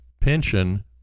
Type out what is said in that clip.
pension